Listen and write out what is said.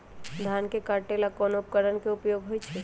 धान के काटे का ला कोंन उपकरण के उपयोग होइ छइ?